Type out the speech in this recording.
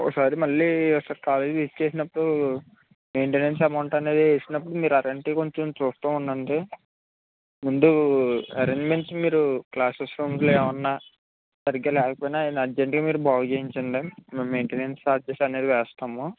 ఓసారి మళ్ళీ ఒకసారి కాలేజీ విజిట్ చేసినపుడు మెయింటనెన్స్ అమౌంట్ అనేది ఇస్తునపుడు మీరు అటెంటివ్ గా కొంచెం చూస్తా ఉండండి ముందు అరేంజ్మెంట్స్ మీరు క్లాసెస్ రూమ్ ఏమన్నా సరిగ్గా లేపోయినా ఏమన్నా అర్జెంట్ గా మీరు బాగుచేయించండి మేము మెయింటనెన్స్ ఛార్జెస్ అనేవి వేస్తాము